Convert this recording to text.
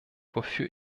wofür